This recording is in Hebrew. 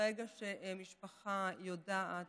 ברגע שמשפחה יודעת